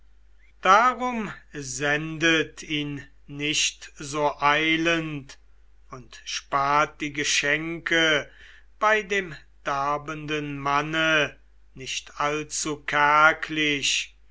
darum sendet ihn nicht so eilend und spart die geschenke bei dem darbenden manne nicht allzu